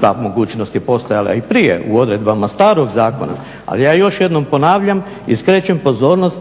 ta mogućnost je postojala i prije u odredbama starog zakona, ali ja još jednom ponavljam i skrećem pozornost